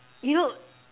you know